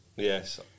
Yes